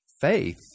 Faith